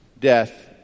death